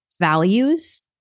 values